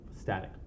static